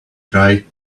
try